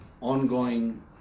ongoing